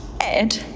Ed